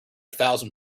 thousand